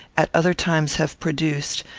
at other times, have produced,